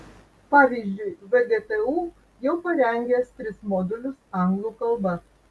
pavyzdžiui vgtu jau parengęs tris modulius anglų kalba